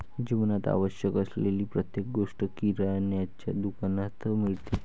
जीवनात आवश्यक असलेली प्रत्येक गोष्ट किराण्याच्या दुकानात मिळते